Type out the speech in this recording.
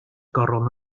goron